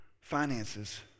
finances